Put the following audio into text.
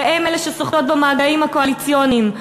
והן אלה שסוחטות במגעים הקואליציוניים.